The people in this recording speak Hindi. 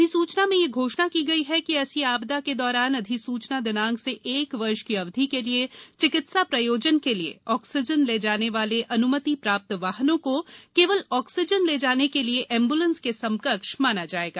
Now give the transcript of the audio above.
अधिसूचना में यह घोषणा की गई है कि ऐसी आपदा के दौरान अधिसूचना दिनांक से एक वर्ष की अवधि के लिये चिकित्सा प्रयोजन के लिए ऑक्सीजन ले जाने वाले अन्मति प्राप्त वाहनों को केवल ऑक्सीजन ले जाने के लिये एम्ब्लेंस के समकक्ष माना जायेगा